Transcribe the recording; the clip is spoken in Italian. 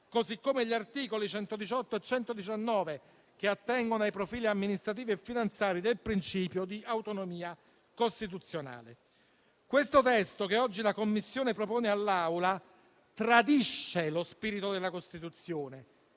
come gli articoli 118 e 119, che attengono ai profili amministrativi e finanziari del principio di autonomia costituzionale. Il testo che oggi la Commissione propone all'Assemblea tradisce lo spirito della Costituzione